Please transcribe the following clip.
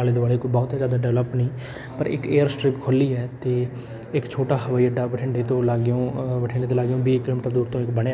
ਆਲੇ ਦੁਆਲੇ ਕੋਈ ਬਹੁਤ ਜ਼ਿਆਦਾ ਡਵੈਲਪ ਨਹੀਂ ਪਰ ਇੱਕ ਏਅਰ ਸਟ੍ਰਿਕ ਖੋਲ੍ਹੀ ਹੈ ਅਤੇ ਇੱਕ ਛੋਟਾ ਹਵਾਈ ਅੱਡਾ ਬਠਿੰਡੇ ਤੋਂ ਲਾਗਿਓ ਬਠਿੰਡੇ ਤੋਂ ਲਾਗਿਓ ਬੀਕਰਮ ਇੱਕ ਬਣਿਆ